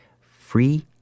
Free